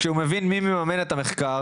כשהוא מבין מי מממן את המחקר